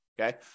Okay